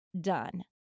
done